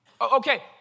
Okay